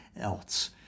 else